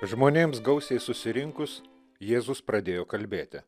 žmonėms gausiai susirinkus jėzus pradėjo kalbėti